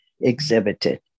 exhibited